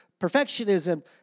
perfectionism